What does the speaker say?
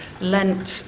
lent